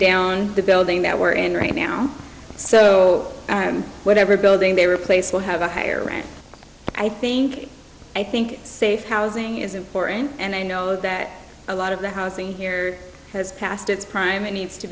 down the building that we're in right now so and whatever building they replaced will have a higher rank i think i think safe housing is important and i know that a lot of the housing here has passed its prime